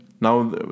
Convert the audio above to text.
Now